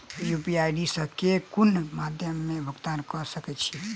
UPI सऽ केँ कुन मध्यमे मे भुगतान कऽ सकय छी?